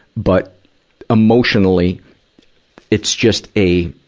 but emotionally it's just a